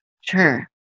Sure